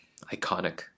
iconic